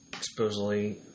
supposedly